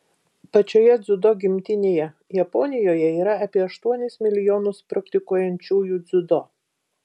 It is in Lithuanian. pačioje dziudo gimtinėje japonijoje yra apie aštuonis milijonus praktikuojančiųjų dziudo